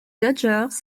dodgers